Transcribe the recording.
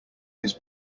his